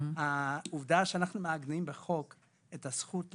העובדה שאנחנו מעגנים בחוק את הזכות לתושבים,